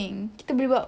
awak pandai lah